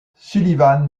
sullivan